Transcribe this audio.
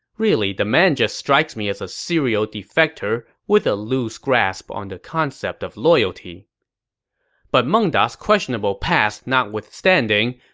really, the man just strikes me as a serial defector with a loose grasp on the concept of loyalty but meng da's questionable past notwithstanding,